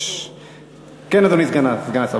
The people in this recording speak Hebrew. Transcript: כן, אדוני סגן השר.